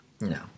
No